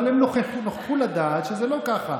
אבל הם נוכחו לדעת שזה לא ככה.